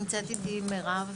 נמצאת איתי מירב.